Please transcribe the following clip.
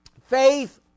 faith